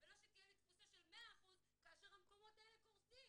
ולא שתהיה תפוסה של 100% כאשר המקומות האלה קורסים.